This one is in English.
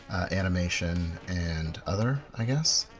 animation and other i guess.